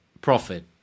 profit